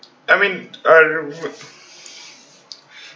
I mean I